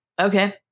Okay